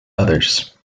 others